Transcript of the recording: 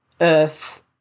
Earth